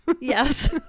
yes